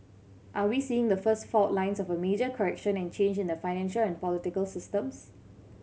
are we seeing the first fault lines of a major correction and change in the financial and political systems